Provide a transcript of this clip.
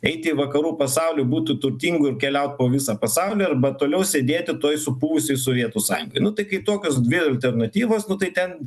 eit į vakarų pasauliu būtų turtingų ir keliaut po visą pasaulį arba toliau sėdėti toj supūvusioj sovietų sąjungoj nu tai kai tokios dvi alternatyvos nu tai ten